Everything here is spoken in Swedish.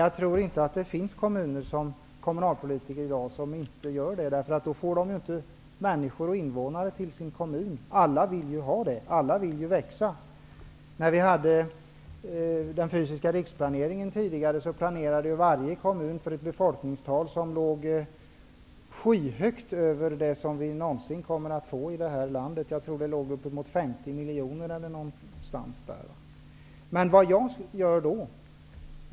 Jag tror inte att det finns kommunalpolitiker som inte vill göra så i dag. Då får de ju inte människor att flytta till kommunen. Alla kommuner vill ju växa. I samband med att den fysiska riksplaneringen genomfördes, planerade varje kommun för ett befolkningstal som låg skyhögt över vad vi någonsin kommer att få i detta land. Jag tror att det var ca 50 Vad gör jag?